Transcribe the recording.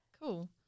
Cool